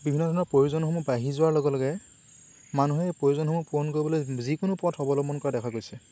বিভিন্ন ধৰণৰ প্ৰয়োজনসমূহ বাঢ়ি যোৱাৰ লগে লগে মানুহে এই প্ৰয়োজনসমূহ পূৰণ কৰিবলৈ যিকোনো পথ অৱলম্বন কৰা দেখা গৈছে